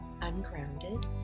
ungrounded